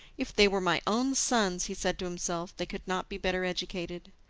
if they were my own sons, he said to himself, they could not be better educated!